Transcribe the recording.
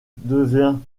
devient